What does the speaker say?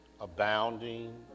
abounding